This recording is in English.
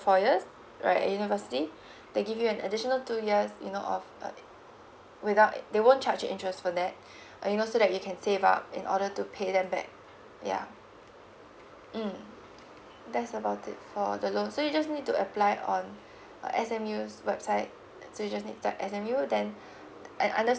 four years right university they give you an additional two years you know of uh without it they won't charge an interest for that uh you know so that you can save up in order to pay them back yeah mm that's about it for the loan so you just need to apply on uh S_M_U's website so you just need to type S_M_U then and under